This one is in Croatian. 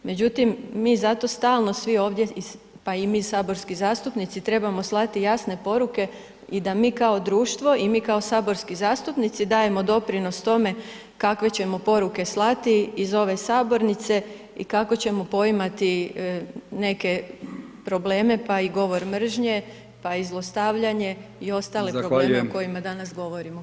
Međutim, mi zato stalno svi ovdje pa i mi saborski zastupnici, trebamo slati jasne poruke i da mi kao društvo i mi kao saborski zastupnici dajemo doprinos tome, kakve ćemo poruke slati iz ove sabornice i kako ćemo poimati neke probleme, pa i govor mržnje, pa i zlostavljanje i ostale probleme o kojima danas govorimo.